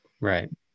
right